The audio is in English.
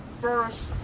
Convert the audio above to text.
first